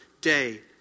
day